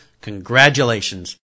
congratulations